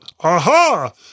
aha